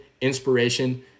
inspiration